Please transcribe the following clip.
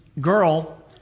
girl